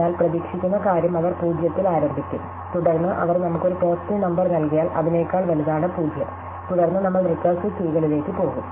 എന്നാൽ പ്രതീക്ഷിക്കുന്ന കാര്യം അവർ 0 ൽ ആരംഭിക്കും തുടർന്ന് അവർ നമുക്ക് ഒരു പോസിറ്റീവ് നമ്പർ നൽകിയാൽ അതിനേക്കാൾ വലുതാണ് 0 തുടർന്ന് നമ്മൾ റികേർസിവ് കീകളിലേക്ക് പോകും